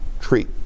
treat